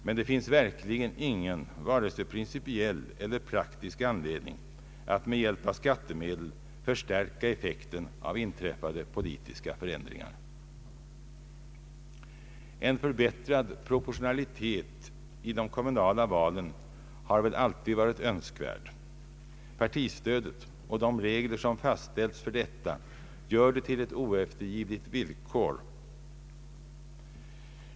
Men det finns verkligen ingen vare sig principiell eller praktisk anledning att med hjälp av skattemedel förstärka effekten av inträffade politiska förändringar. En förbättrad proportionalitet i de kommunala valen har väl alltid varit önskvärd. Partistödet och de regler som fastställts för detta gör det till ett oeftergivligt villkor.